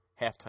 Halftime